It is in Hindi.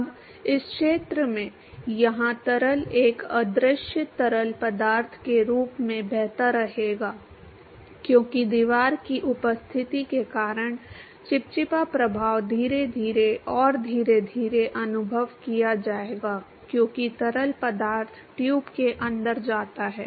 अब इस क्षेत्र में यहां तरल एक अदृश्य तरल पदार्थ के रूप में बहता रहेगा क्योंकि दीवार की उपस्थिति के कारण चिपचिपा प्रभाव धीरे धीरे और धीरे धीरे अनुभव किया जाएगा क्योंकि तरल पदार्थ ट्यूब के अंदर जाता है